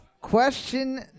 Question